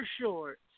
shorts